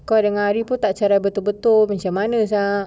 kau dengan arif pun tak cerai betul-betul macam sia